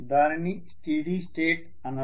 దానిని steady state అనరా